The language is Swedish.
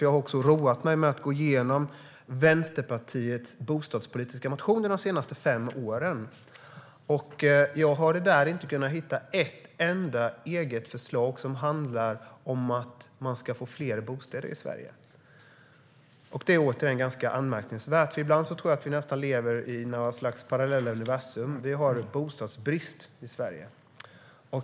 Jag har dock roat mig med att gå igenom Vänsterpartiets bostadspolitiska motioner de senaste fem åren. Där har jag inte kunnat hitta ett enda eget förslag som handlar om att man ska få fler bostäder i Sverige. Det är ganska anmärkningsvärt. Ibland tror jag att vi lever i parallella universum. Vi har bostadsbrist i Sverige.